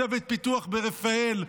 צוות פיתוח ברפא"ל,